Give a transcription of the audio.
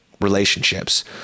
relationships